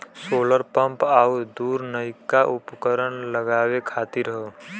solar pump आउर दूसर नइका उपकरण लगावे खातिर हौ